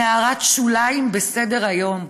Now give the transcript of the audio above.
הן הערת שוליים בסדר-היום.